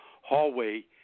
hallway